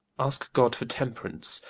aske god for temp'rance,